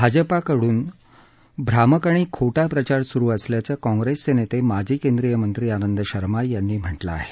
भाजपाकडून भ्रामक आणि खोटा प्रचार सुरु असल्याचं काँग्रेसचे नेते माजी केंद्रीय मंत्री आनंद शर्मा यांनी म्हटलं आहे